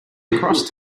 lacrosse